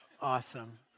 awesome